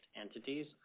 entities